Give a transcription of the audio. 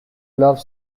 love